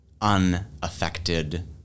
unaffected